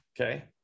okay